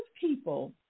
people